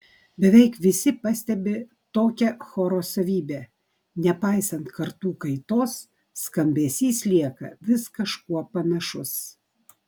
beveik visi pastebi tokią choro savybę nepaisant kartų kaitos skambesys lieka vis kažkuo panašus